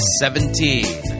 seventeen